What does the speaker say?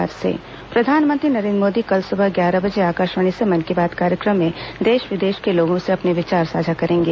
मन की बात प्रधानमंत्री नरेन्द्र मोदी कल सुबह ग्यारह बजे आकाशवाणी से मन की बात कार्यक्रम में देश विदेशों के लोगों से अपने विचार साझा करेंगे